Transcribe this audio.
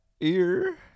ear